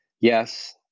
yes